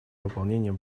выполнением